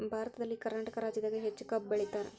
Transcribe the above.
ಭಾರತದಲ್ಲಿ ಕರ್ನಾಟಕ ರಾಜ್ಯದಾಗ ಹೆಚ್ಚ ಕಬ್ಬ್ ಬೆಳಿತಾರ